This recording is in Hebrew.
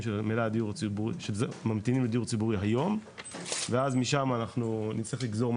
לדיור הציבורי היום ומשם נצטרך לגזור,